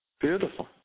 Beautiful